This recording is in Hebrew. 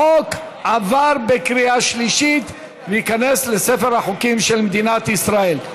החוק עבר בקריאה שלישית וייכנס לספר החוקים של מדינת ישראל.